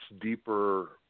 deeper